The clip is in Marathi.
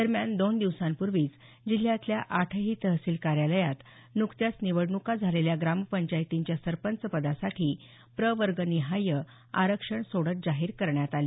दरम्यान दोन दिवसांपूर्वीच जिल्ह्यातल्या आठही तहसील कार्यालयात नुकत्याच निवडणुका झालेल्या ग्रामपंचायतींच्या सरपंच पदासाठी प्रवर्गनिहाय आरक्षण सोडत जाहीर करण्यात आली